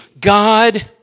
God